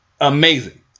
amazing